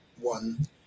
one